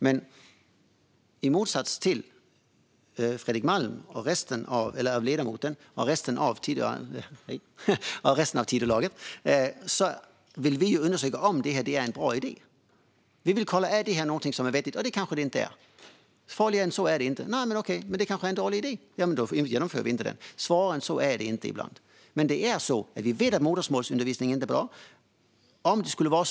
Men i motsats till Fredrik Malm och resten av Tidölaget vill vi undersöka om det är en bra idé. Vi vill kolla om det är något som är vettigt. Det kanske det inte är. Farligare än så är det inte. Det kanske är en dålig idé. Då genomför vi inte detta. Svårare än så är det inte. Vi vet att modersmålsundervisning inte är bra.